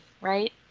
right